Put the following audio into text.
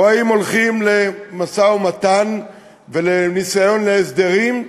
אם הולכים למשא-ומתן ולניסיון להסדרים,